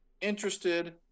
interested